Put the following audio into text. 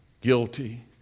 guilty